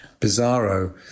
Bizarro